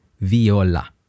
Viola